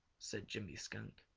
said jimmy skunk.